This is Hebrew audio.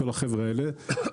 כל החבר'ה האלה,